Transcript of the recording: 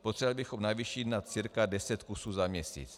Potřebovali bychom navýšit na cca deset kusů za měsíc.